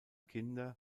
kinder